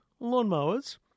lawnmowers